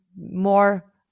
more